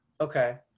Okay